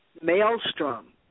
maelstrom